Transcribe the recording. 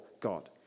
God